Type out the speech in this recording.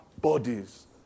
bodies